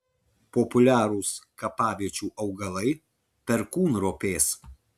populiarūs kapaviečių augalai perkūnropės